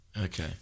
Okay